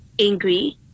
angry